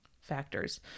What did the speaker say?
factors